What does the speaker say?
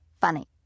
funny